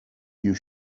you